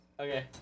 Okay